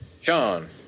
Sean